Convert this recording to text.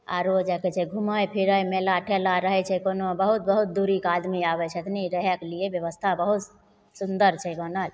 आरो अइजाँ कहय छै घुमय फिरय मेला ठेला रहय छै कोनो बहुत बहुत दूरीके आदमी आबय छथिन रहयके लिए व्यवस्था बहुत सुन्दर छै बनल